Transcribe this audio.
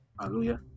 Hallelujah